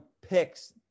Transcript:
picks